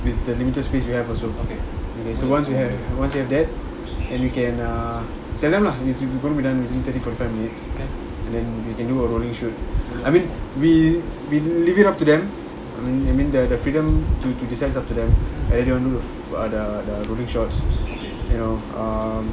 with the limited space we have also okay so once we have once we have that and we can err tell them lah and then we can do a rolling shoot I mean we we leave it up to them I mean I mean the the freedom to to decide is up to them அந்தஅந்த:andha andha the the rolling shots you know um